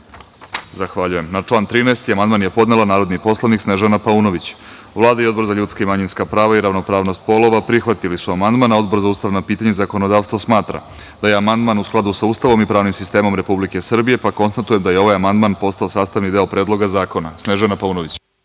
ne želi reč. Na član 13. amandman je podnela narodni poslanik Snežana Paunović. Vlada i Odbor za ljudska i manjinska prava i ravnopravnost polova prihvatili su amandman, a Odbor za ustavna pitanja i zakonodavstvo smatra da je amandman u skladu sa Ustavom i pravnim sistemom Republike Srbije. Konstatujem da je ovaj amandman postao sastavni deo Predloga zakona. Gospođo Paunović,